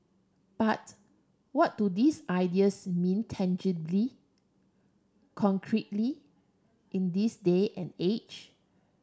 but what do these ideas mean tangibly concretely in this day and age